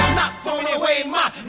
not throwin' away my